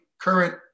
current